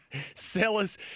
Sellers